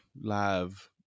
live